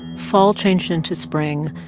fall changed into spring.